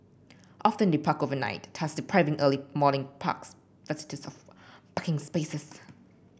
often they park overnight thus depriving early morning parks visitors of parking spaces